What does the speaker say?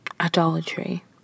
idolatry